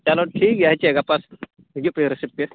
ᱪᱚᱞᱚ ᱴᱷᱤᱠ ᱜᱮᱭᱟ ᱦᱮᱸᱥᱮ ᱜᱟᱯᱟ ᱦᱤᱡᱩᱜ ᱯᱮ ᱨᱤᱥᱤᱵᱷ ᱯᱮ